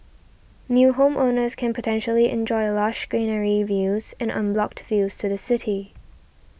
new homeowners can potentially enjoy lush greenery views and unblocked views to the city